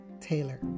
Taylor